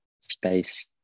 space